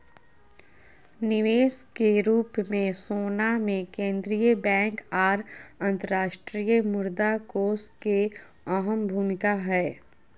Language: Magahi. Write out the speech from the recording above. निवेश के रूप मे सोना मे केंद्रीय बैंक आर अंतर्राष्ट्रीय मुद्रा कोष के अहम भूमिका हय